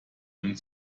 einen